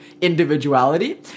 individuality